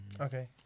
Okay